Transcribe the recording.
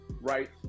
right